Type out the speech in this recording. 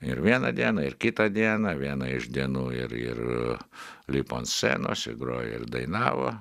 ir vieną dieną ir kitą dieną vieną iš dienų ir ir lipo ant scenos ir grojo ir dainavo